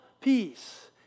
peace